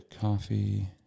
coffee